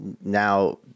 now